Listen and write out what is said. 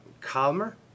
calmer